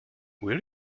will